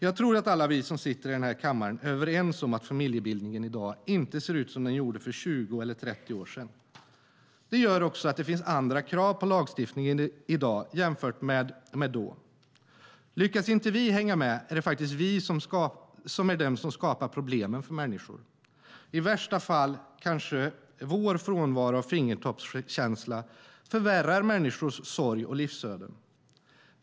Jag tror att alla vi som sitter i den här kammaren är överens om att familjebildningen i dag inte ser ut som den gjorde bara för 20 eller 30 år sedan. Det gör också att det finns andra krav på lagstiftningen i dag än det gjorde då. Om inte vi lyckas hänga med är det vi som är de som skapar problemen för människor. I värsta fall kanske vår frånvaro av fingertoppskänsla förvärrar människors sorg och livsöden.